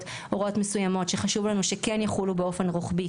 הוראות מסוימות שחשוב לנו שכן יחולו באופן רוחבי,